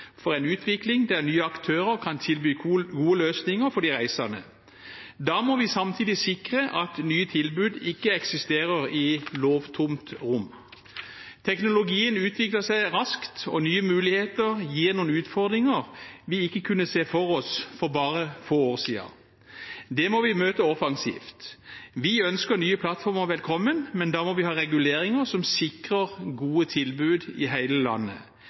for en utvikling der nye aktører kan tilby gode løsninger for de reisende. Da må vi samtidig sikre at nye tilbud ikke eksisterer i et lovtomt rom. Teknologien utvikler seg raskt, og nye muligheter gir noen utfordringer vi ikke kunne se for oss for bare få år siden. Det må vi møte offensivt. Vi ønsker nye plattformer velkommen, men da må vi ha reguleringer som sikrer gode tilbud i hele landet,